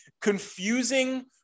confusing